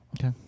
Okay